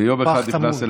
אני,